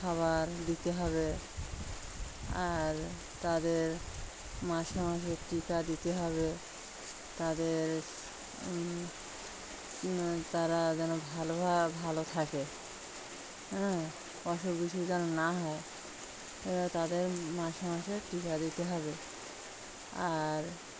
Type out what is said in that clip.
খাবার দিতে হবে আর তাদের মাসে মাসে টিকা দিতে হবে তাদের তারা যেন ভালোভাবে ভালো থাকে হ্যাঁ অসুখ বিসুখ যেন না হয় এবার তাদের মাসে মাসের টিকা দিতে হবে আর